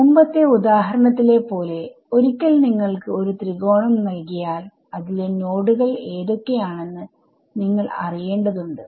മുമ്പത്തെ ഉദാഹരണത്തിലെ പോലെ ഒരിക്കൽ നിങ്ങൾക്ക് ഒരു ത്രികോണം നൽകിയാൽ അതിലെ നോഡുകൾ ഏതൊക്കെ ആണെന്ന് നിങ്ങൾ അറിയേണ്ടതുണ്ട്